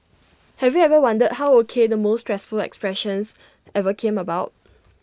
have you ever wondered how O K the most useful expressions ever came about